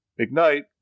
Ignite